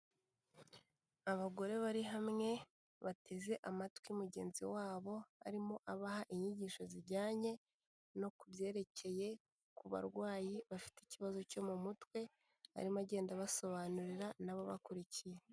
Abagore bari hamwe bateze amatwi mugenzi wabo arimo abaha inyigisho zijyanye no ku byerekeye ku barwayi bafite ikibazo cyo mu mutwe, arimo agenda abasobanurira na bo bakurikiye.